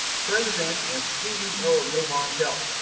president and ceo of novant health.